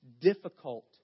Difficult